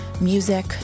music